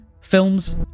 films